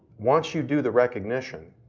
once you do the recognition,